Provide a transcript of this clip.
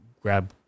grab